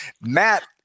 Matt